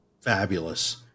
fabulous